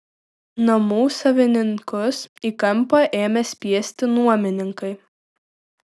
namų savininkus į kampą ėmė spiesti nuomininkai